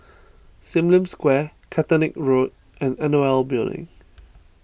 Sim Lim Square Caterick Road and N O L Building